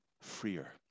freer